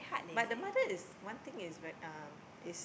but the mother is one thing is very um is